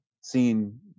seeing